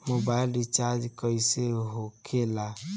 Mobile recharge कैसे होखे ला?